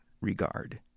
regard